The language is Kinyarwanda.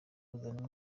kuzana